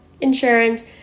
insurance